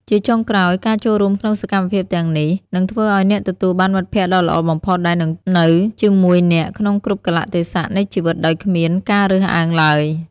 ជាចុងក្រោយ ការចូលរួមក្នុងសកម្មភាពទាំងនេះនឹងធ្វើឱ្យអ្នកទទួលបានមិត្តភក្តិដ៏ល្អបំផុតដែលនឹងនៅជាមួយអ្នកក្នុងគ្រប់កាលៈទេសៈនៃជីវិតដោយគ្មានការរើសអើងឡើយ។